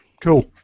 Cool